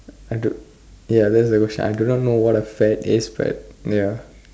I don't ya I do not know what a fad is but ya